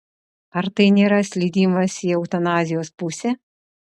ar tai nėra slydimas į eutanazijos pusę